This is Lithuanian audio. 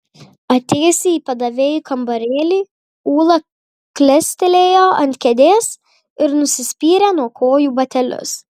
atėjusi į padavėjų kambarėlį ūla klestelėjo ant kėdės ir nusispyrė nuo kojų batelius